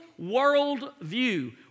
worldview